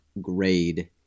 grade